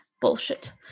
bullshit